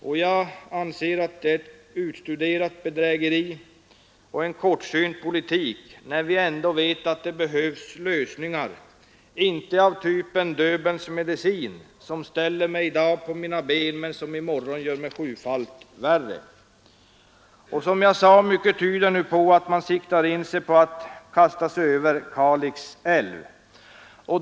Det är ett utstuderat bedrägeri och en kortsynt politik, när vi ändock vet att det behövs andra lösningar — inte av typen Döbelns medicin, ”som gör mig för i morgon sjufalt värre, men hjälper mig i dag på mina ben”. Som jag sade tyder nu mycket på att man siktar in sig på att kasta sig över Kalix älv.